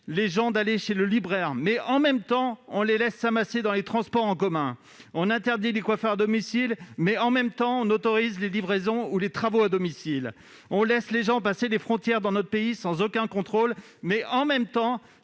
les gens d'aller chez le libraire, mais, en même temps, on les laisse se masser dans les transports en commun. On interdit les coiffeurs à domicile, mais, en même temps, on autorise les livraisons ou les travaux à domicile. On laisse les gens passer les frontières de notre pays sans aucun contrôle, mais, en même temps,